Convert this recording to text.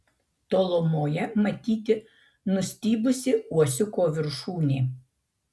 tolumoje matyti nustybusi uosiuko viršūnė